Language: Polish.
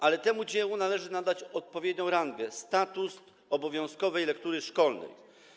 Ale temu dziełu należy nadać odpowiednią rangę, status obowiązkowej lektury szkolnej.